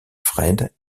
fred